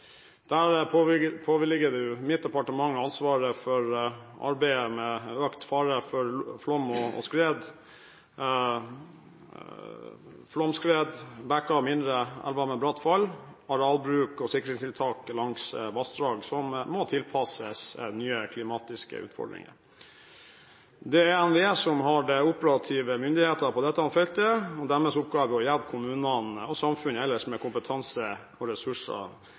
Det påligger mitt departement å ha ansvaret for arbeidet med økt fare for flom og skred. Når det gjelder flom, skred, bekker og mindre elver med bratt fall, må arealbruk og sikringstiltak langs vassdrag tilpasses nye klimatiske utfordringer. Det er NVE som har den operative myndigheten på dette feltet. Det er deres oppgave å hjelpe kommunene og samfunnet ellers med kompetanse og ressurser